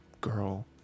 girl